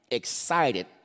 excited